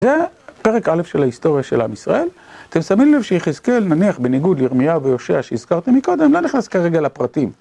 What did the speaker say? זה היה פרק א' של ההיסטוריה של עם ישראל. אתם שמים לב שהיחזקאל נניח בניגוד לירמיהו והושע שהזכרתם מקודם, לא נכנס כרגע לפרטים.